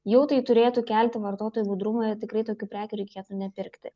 jau tai turėtų kelti vartotojų budrumą ir tikrai tokių prekių reikėtų nepirkti